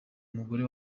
umugore